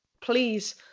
please